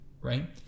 right